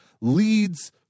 leads